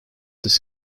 this